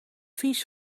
vies